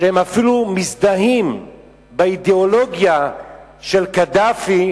שהם אפילו מזדהים עם האידיאולוגיה של קדאפי,